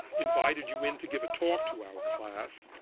invited you in to give a talk to our class.